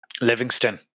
Livingston